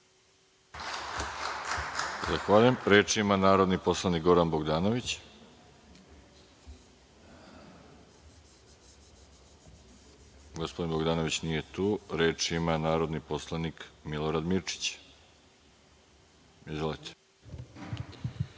Zahvaljujem. Reč ima narodni poslanik Goran Bogdanović. Gospodin Bogdanović nije tu. Reč ima narodni poslanik Milorad Mirčić. Izvolite.